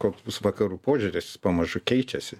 koks bus vakarų požiūris pamažu keičiasi